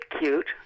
cute